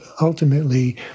ultimately